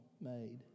made